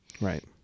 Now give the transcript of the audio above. Right